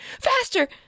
Faster